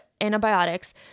antibiotics